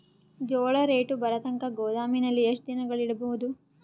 ಜೋಳ ರೇಟು ಬರತಂಕ ಗೋದಾಮಿನಲ್ಲಿ ಎಷ್ಟು ದಿನಗಳು ಯಿಡಬಹುದು?